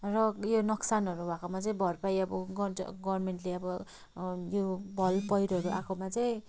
र यो नोक्सानहरू भएकोमा चाहिँ भरपाई अब गर्छ गभर्मेन्टले अब यो भल पहिरोहरू आएकोमा चाहिँ